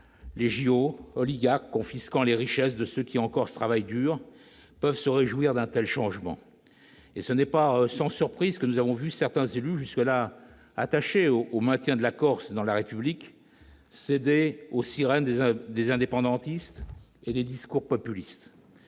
les, oligarques confisquant les richesses de ceux qui, en Corse, travaillent dur, peuvent se réjouir d'un tel changement. Et ce n'est pas sans surprise que nous avons vu certains élus, jusque-là attachés au maintien de la Corse dans la République, céder aux sirènes des indépendantistes et des discours populistes.